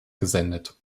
gesendet